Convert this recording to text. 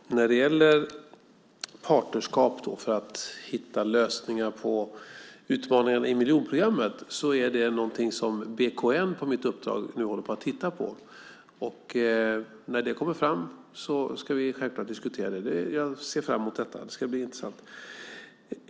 Herr talman! När det gäller partnerskap för att hitta lösningar på utmaningarna i miljonprogrammet är det någonting som BKN på mitt uppdrag nu håller på att titta på. När det kommer fram ska vi självklart diskutera det. Det ser jag fram emot. Det ska bli intressant.